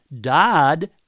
died